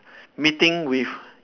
meeting with